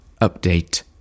update